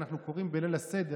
אנחנו קוראים בליל הסדר,